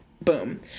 boom